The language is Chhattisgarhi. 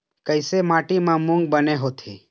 कइसे माटी म मूंग बने होथे?